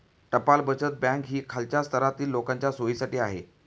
टपाल बचत बँक ही खालच्या स्तरातील लोकांच्या सोयीसाठी आहे